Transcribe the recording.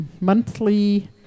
monthly